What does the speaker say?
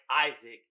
Isaac